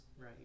Right